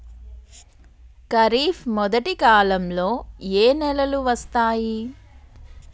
ఖరీఫ్ మొదటి కాలంలో ఏ నెలలు వస్తాయి?